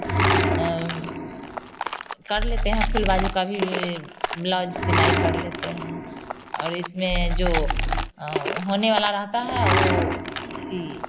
कर लेते हैं फुल बाजु कभी भी ब्लाउज सिलाई कर लेते हैं और इसमें जो होने वाला रहता है वह